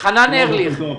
בוקר טוב,